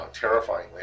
terrifyingly